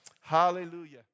Hallelujah